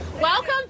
Welcome